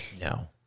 No